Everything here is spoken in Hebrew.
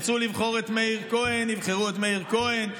ירצו לבחור את מאיר כהן, יבחרו את מאיר כהן,